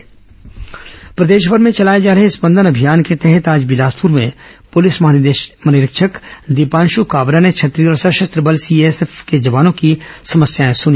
स्पंदन अभियान प्रदेशमर में चलाए जा रहे स्पंदन अभियान के तहत आज बिलासपुर में पुलिस महानिरीक्षक दीपांशु काबरा ने छत्तीसगढ़ सशस्त्र बल सीएएफ के जवानों की समस्याए सुनी